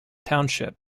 township